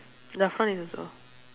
is also